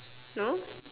no